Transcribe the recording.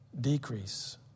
decrease